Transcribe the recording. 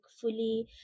fully